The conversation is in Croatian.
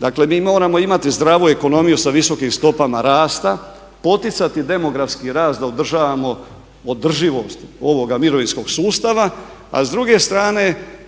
Dakle, mi moramo imati zdravu ekonomiju sa visokim stopama rasta, poticati demografski rast da u održavamo održivost ovoga mirovinskog sustava, a s druge strane